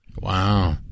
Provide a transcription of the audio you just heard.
Wow